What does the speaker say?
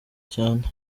cyane